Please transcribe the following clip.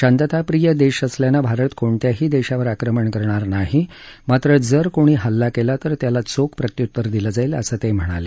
शांतताप्रिय देश असल्यानं भारत कोणत्याही देशावर आक्रमण करणार नाही मात्र जर कोणी हल्ला केला तर त्याला चोख प्रत्युत्तर दिलं जाईल असं ते म्हणाले